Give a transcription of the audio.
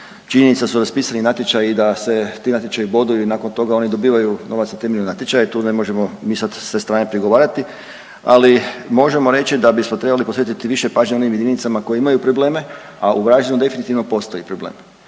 je da su raspisani natječaji i da se ti natječaji boduju i nakon toga oni dobivaju novac na temelju natječaja i tu ne možemo mi sad s te strane prigovarati, ali možemo reći da bismo trebali posvetiti više pažnje onim jedinicama koje imaju probleme, a u Varaždinu definitivno postoji problem